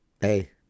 hey